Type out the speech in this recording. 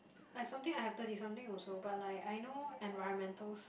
I something I have thirty something also but like I know environmental's